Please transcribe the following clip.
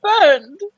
burned